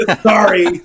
sorry